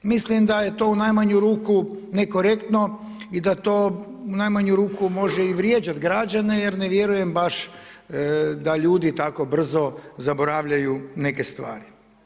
Mislim da je to u najmanju ruku nekorektno i da to u najmanju ruku može vrijeđati građane, jer ne vjerujem baš da ljudi tako brzo zaboravljaju neke stvari.